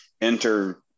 enter